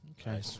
Okay